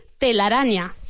telaraña